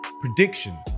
predictions